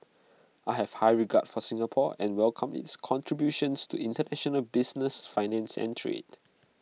I have high regard for Singapore and welcome its contributions to International business finance and trade